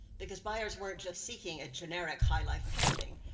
because buyers weren't just seeking a generic high life painting,